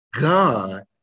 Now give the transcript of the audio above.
God